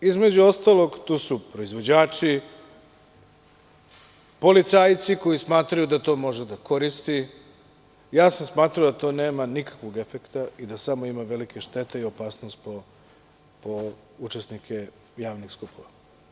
Između ostalog, tu su proizvođači, policajci koji smatraju da to može da koristi, ja sam smatrao da to nema nikakvog efekta i da samo ima velike štete i opasnost po učesnike javnih skupova.